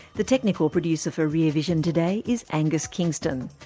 the technical producer for rear vision today is angus kingston.